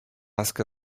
ask